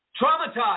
Traumatized